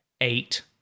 eight